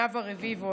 נאוה רביבו,